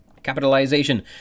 Capitalization